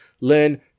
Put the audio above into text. learn